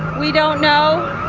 we don't know